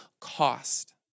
cost